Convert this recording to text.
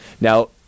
now